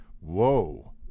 whoa